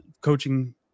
coaching